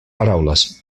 paraules